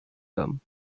them